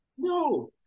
No